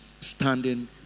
standing